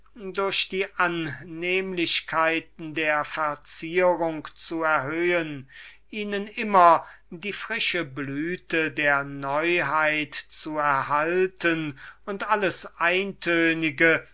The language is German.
durch die annehmlichkeiten der verzierung zu erhöhen ihnen immer die frische blüte der neuheit zu erhalten und alles eintönige